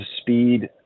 speed